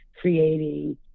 creating